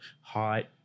height